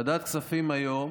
ועדת הכספים היום